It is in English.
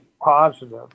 positive